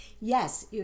Yes